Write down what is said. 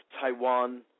Taiwan